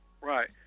Right